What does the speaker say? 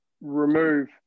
remove